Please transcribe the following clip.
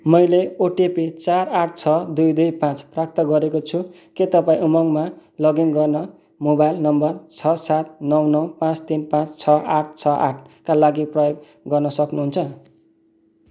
मैले ओटिपी चार आठ छ दुई दुई पाँच प्राप्त गरेको छु के तपाईँँ उमङ्गमा लगइन गर्न मोबाइल नम्बर छ सात नौ नौ पाँच तिन पाँच छ आठ छ आठका लागि प्रयोग गर्न सक्नुहुन्छ